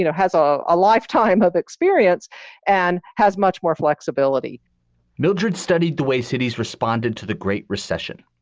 you know has ah a lifetime of experience and has much more flexibility mildred studied the way cities responded to the great recession.